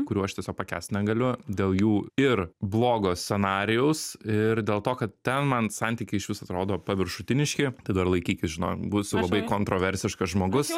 kurių aš tiesiog pakęst negaliu dėl jų ir blogo scenarijaus ir dėl to kad ten man santykiai išvis atrodo paviršutiniški tai dabar laikykis žinok būsiu labai kontroversiškas žmogus